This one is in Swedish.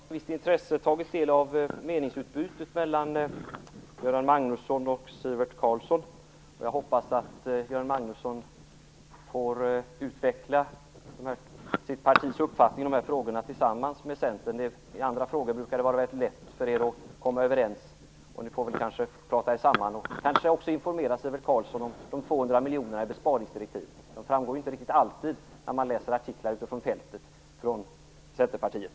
Herr talman! Jag har med visst intresse tagit del av meningsutbytet mellan Göran Magnusson och Sivert Carlsson. Jag hoppas att Göran Magnusson får utveckla sitt partis uppfattning i dessa frågor tillsammans med Centern. I andra frågor brukar det vara ganska lätt för er att komma överens, så ni får väl prata er samman. Kanske får Göran Magnusson också informera Sivert Carlsson om de 200 miljonerna i besparingsdirektivet. Det framgår inte riktigt alltid när man läser artiklar utifrån fältet från Centerpartiet.